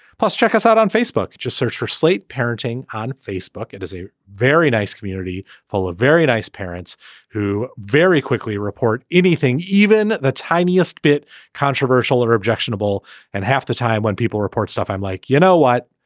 plus check us out on facebook. just search for slate parenting on facebook. it is a very nice community full of very nice parents who very quickly report anything even the tiniest bit controversial or objectionable and half the time when people report stuff i'm like you know what.